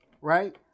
right